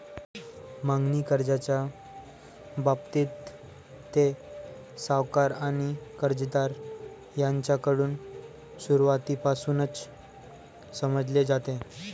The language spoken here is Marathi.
मागणी कर्जाच्या बाबतीत, ते सावकार आणि कर्जदार यांच्याकडून सुरुवातीपासूनच समजले जाते